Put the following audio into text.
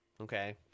Okay